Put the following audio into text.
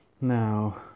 Now